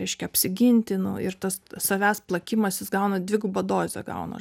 reiškia apsiginti nu ir tas savęs plakimasis gauna dvigubą dozę gauna